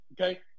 okay